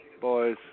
boys